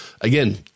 again